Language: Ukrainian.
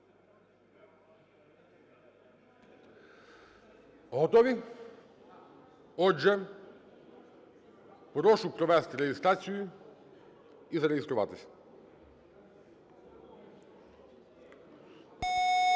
Готові? Отже, прошу провести реєстрацію і зареєструватись.